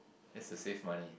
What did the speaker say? that's the safe money